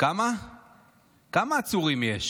כמה עצורים יש